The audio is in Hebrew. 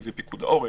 אם זה פיקוד העורף,